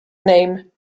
name